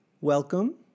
Welcome